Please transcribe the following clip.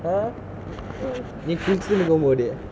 !huh! நீ குளிச்சுனிக்க மோடு:nee kulichunikka modu